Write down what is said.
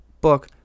book